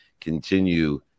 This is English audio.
Continue